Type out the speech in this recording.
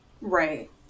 Right